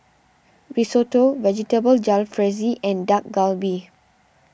Risotto Vegetable Jalfrezi and Dak Galbi